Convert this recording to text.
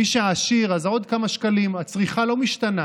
מי שעשיר, אז עוד כמה שקלים, הצריכה לא משתנה.